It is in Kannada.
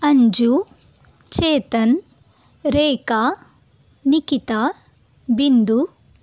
ಅಂಜು ಚೇತನ್ ರೇಖಾ ನಿಖಿತಾ ಬಿಂದು